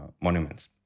monuments